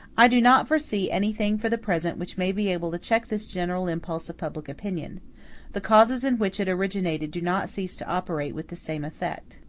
i do not foresee anything for the present which may be able to check this general impulse of public opinion the causes in which it originated do not cease to operate with the same effect.